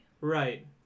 Right